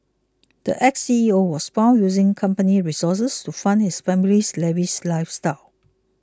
the ex C E O was found using company resources to fund his family's lavish lifestyles